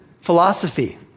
philosophy